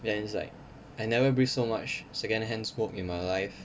then it's like I never breathe so much secondhand smoke in my life